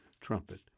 trumpet